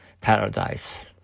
paradise